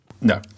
no